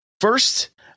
First